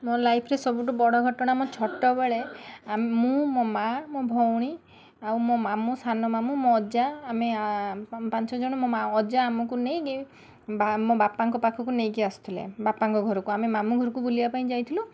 ମୋ ଲାଇଫ୍ରେ ସବୁଠୁ ବଡ଼ ଘଟଣା ମୋ ଛୋଟ ବେଳେ ଆମ ମୁଁ ମୋ ମାଆ ମୋ ଭଉଣୀ ଆଉ ମୋ ମାମୁଁ ସାନ ମାମୁଁ ମୋ ଅଜା ଆମେ ପାଞ୍ଚଜଣ ମୋ ମା ଅଜା ଆମୁକୁ ନେଇକି ବା ମୋ ବାପାଙ୍କ ପାଖକୁ ନେଇକି ଆସୁଥୁଲେ ବାପାଙ୍କ ଘରକୁ ଆମେ ମାମୁଁ ଘରକୁ ବୁଲିବାପାଇଁ ଯାଇଥିଲୁ